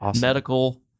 Medical